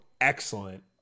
excellent